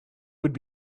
would